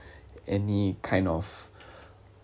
any kind of